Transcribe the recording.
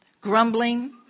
Grumbling